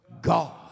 God